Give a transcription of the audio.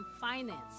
finance